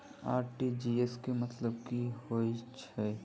RTGS केँ मतलब की होइ हय?